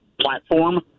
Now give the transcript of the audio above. platform